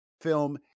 film